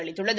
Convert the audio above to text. அளித்துள்ளது